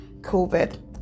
COVID